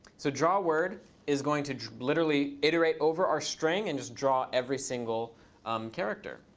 so drawword is going to literally iterate over our string, and just draw every single um character.